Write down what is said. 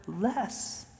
less